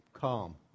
calm